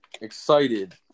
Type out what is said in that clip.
excited